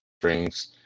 strings